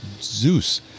Zeus